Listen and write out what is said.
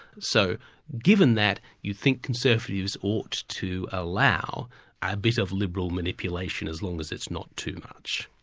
so given that, you'd think conservatives ought to allow a bit of liberal manipulation as long as it's not too much.